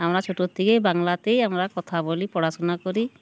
আমরা ছোটোর থেকেই বাংলাতেই আমরা কথা বলি পড়াশুনা করি